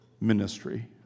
ministry